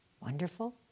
Wonderful